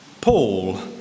Paul